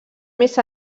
més